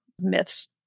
myths